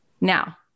now